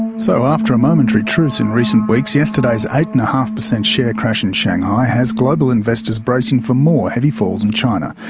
so after a momentary truce in recent weeks, yesterday's eight. and five percent share crash in shanghai has global investors bracing for more heavy falls in china.